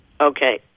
Okay